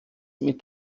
mit